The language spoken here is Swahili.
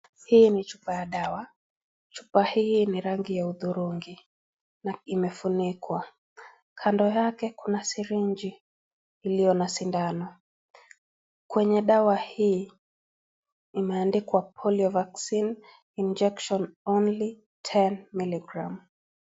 Hii ni chupa ya dawa. Chupa hii ni rangi ya hudhurungi na imefunikwa. Kando yake Kuna sirinji iliyo na sindano. Kwenye dawa hii imeandikwa polio vaccine injection only 10 milligram